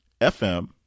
FM